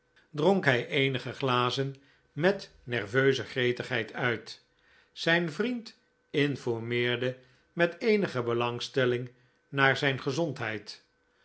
dronk hij eenige glazen met nerveuze gretigheid uit zijn vriend informeerde met eenige belangstelling naar zijn gezondheid